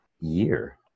year